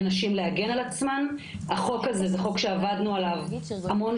על למה אנחנו מקבלות תקציבים מהמדינה והם